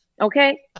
okay